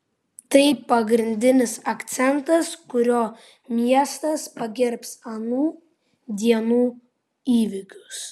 tai pagrindinis akcentas kuriuo miestas pagerbs anų dienų įvykius